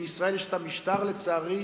ובישראל יש המשטר, לצערי,